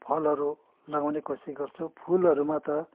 फलहरू लगाउने कोसिस गर्छु फुलहरूमा त